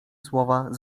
słowa